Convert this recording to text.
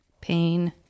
pain